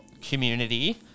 community